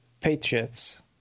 Patriots